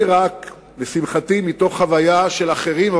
לי, לשמחתי, רק מחוויה של אחרים.